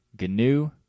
GNU